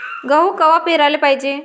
गहू कवा पेराले पायजे?